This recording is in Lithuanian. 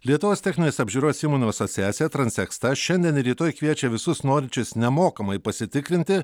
lietuvos techninės apžiūros įmonių asociacija transeksta šiandien ir rytoj kviečia visus norinčius nemokamai pasitikrinti